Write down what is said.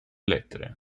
lettere